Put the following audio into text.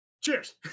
Cheers